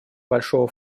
большого